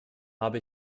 habe